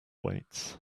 weights